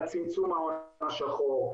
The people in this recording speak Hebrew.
על צמצום ההון השחור,